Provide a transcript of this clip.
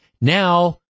Now